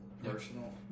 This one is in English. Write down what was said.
personal